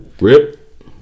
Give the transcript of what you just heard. Rip